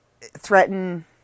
threaten